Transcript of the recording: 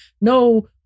No